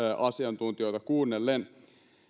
asiantuntijoita kuunnellen